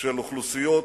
של אוכלוסיות